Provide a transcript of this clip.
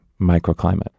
microclimate